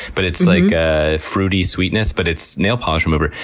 but it's like a fruity sweetness, but it's nail polish remover.